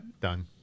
Done